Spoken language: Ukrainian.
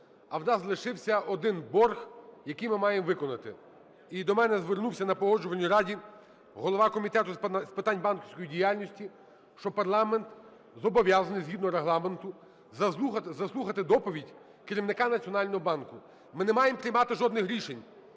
а в нас лишився один борг, який ми маємо виконати. І до мене звернувся на Погоджувальній раді голова Комітету з питань банківської діяльності, що парламент зобов'язаний, згідно Регламенту, заслухати доповідь керівника Національного банку. Ми не маємо приймати жодних рішень,